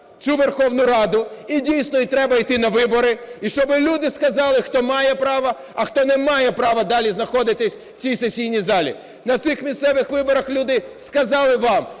цю Верховну Раду, і дійсно треба йти на вибори. І щоб люди сказали, хто має право, а хто не має права далі знаходитись в цій сесійній залі. На цих місцевих виборах люди сказали вам,